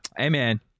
Amen